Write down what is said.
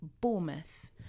Bournemouth